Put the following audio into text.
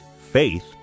Faith